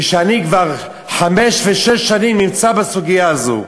כשאני כבר חמש ושש שנים נמצא בסוגיה הזאת,